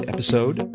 Episode